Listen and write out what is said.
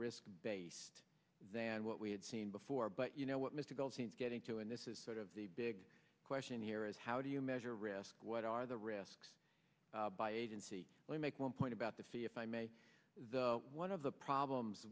risk based than what we had seen before but you know what mr goldstein getting to and this is sort of the big question here is how do you measure risk what are the risks by agency to make one point about the fee if i may the one of the problems